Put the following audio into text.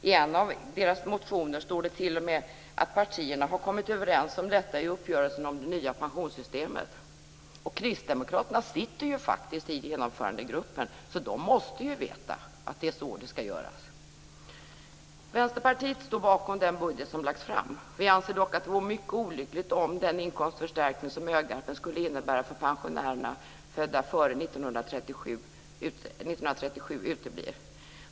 I en av deras motioner står det t.o.m. att partierna har kommit överens om detta i uppgörelsen om det nya pensionssystemet. Kristdemokraterna sitter ju faktiskt i Genomförandegruppen - så de måste ju veta hur det är. Vänsterpartiet står bakom den budget som lagts fram. Vi anser dock att det vore mycket olyckligt om den inkomstförstärkning som Ö-garpen skulle innebära för pensionärerna födda före 1937 uteblev.